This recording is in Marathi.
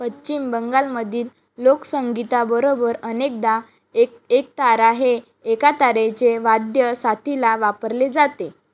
पश्चिम बंगालमधील लोकसंगीताबरोबर अनेकदा एक एकतारा हे एका तारेचे वाद्य साथीला वापरले जाते